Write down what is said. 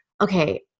Okay